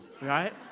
right